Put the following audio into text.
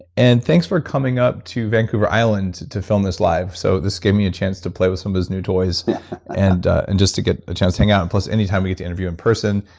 and thanks for coming up to vancouver island to film this live. so, this gave me a chance to play with some of those new toys and and just to get a chance to hang out. plus anytime we get to interview in person,